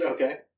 Okay